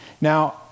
Now